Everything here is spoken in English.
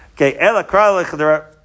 Okay